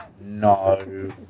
no